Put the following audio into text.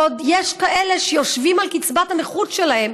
ועוד יש כאלה שיושבים על קצבת הנכות שלהם,